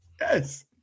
yes